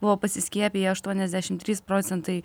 buvo pasiskiepiję aštuoniasdešim trys procentai